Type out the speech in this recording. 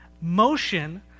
motion